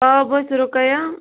آ بہٕ حظ چھَس رُقیہ